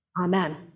Amen